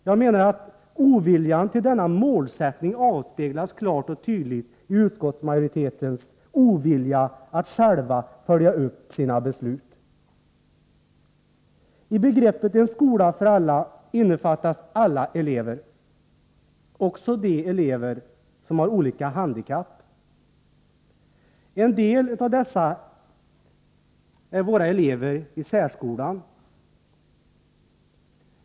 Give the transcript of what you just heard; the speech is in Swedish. Jag menar att inställningen till denna målsättning klart och tydligt avspeglas i utskottsmajoritetens ovilja att själv följa upp sina beslut. I begreppet en skola för alla innefattas alla elever, också de som har olika handikapp. En del av dessa är våra elever i särskolan.